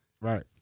Right